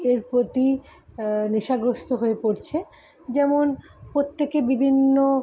এর প্রতি নেশাগ্রস্ত হয়ে পড়ছে যেমন প্রত্যেকে বিভিন্ন